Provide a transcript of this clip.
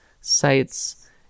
sites